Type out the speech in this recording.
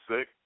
sick